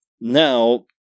now